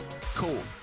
Cool